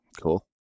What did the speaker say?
Cool